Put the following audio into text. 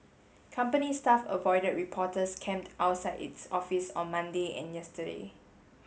company staff avoided reporters camped outside its office on Monday and yesterday